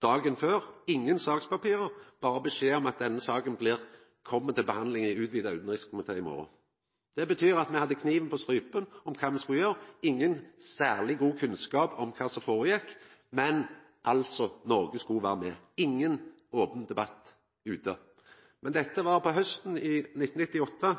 dagen før – utan sakspapir, berre med beskjed om at denne saka kjem til behandling i den utvida utanrikskomiteen i morgon. Det betydde at me hadde kniven på strupen med tanke på kva me skulle gjera, ingen særleg god kunnskap om kva som føregjekk, men altså, Noreg skulle vera med – ingen open debatt ute. Dette var på hausten i 1998.